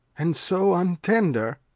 and so untender?